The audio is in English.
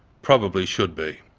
probably should be.